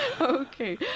Okay